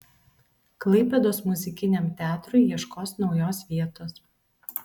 klaipėdos muzikiniam teatrui ieškos naujos vietos